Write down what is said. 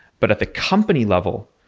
but at the company level,